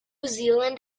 zealand